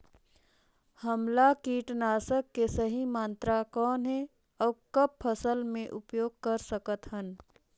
हमला कीटनाशक के सही मात्रा कौन हे अउ कब फसल मे उपयोग कर सकत हन?